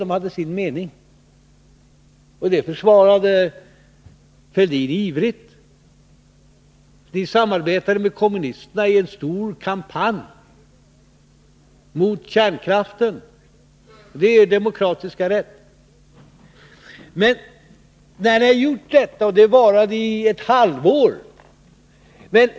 De hade sin mening. Detta försvarade Thorbjörn Fälldin ivrigt. Ni samarbetade med kommunisterna i en stor kampanj mot kärnkraften, och det är er demokratiska rätt. Det varade i ett halvår.